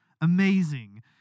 amazing